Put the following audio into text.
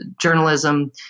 journalism